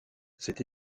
cette